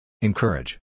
Encourage